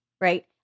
right